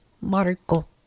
Marco